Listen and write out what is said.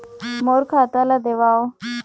मोर खाता ला देवाव?